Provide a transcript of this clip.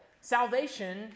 salvation